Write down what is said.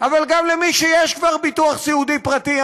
אבל גם למי שיש כבר ביטוח סיעוד פרטי,